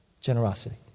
generosity